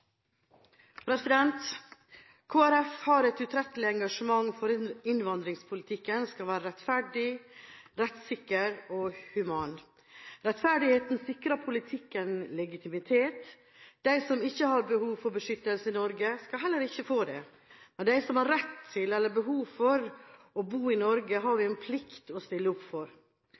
Kristelig Folkeparti har et utrettelig engasjement for at innvandringspolitikken skal være rettferdig, rettssikker og human. Rettferdigheten sikrer politikken legitimitet. De som ikke har behov for beskyttelse i Norge, skal heller ikke få det, men dem som har rett til eller behov for å bo i Norge, har vi en plikt til å stille opp for.